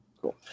Cool